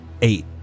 Eight